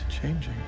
changing